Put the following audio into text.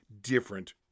different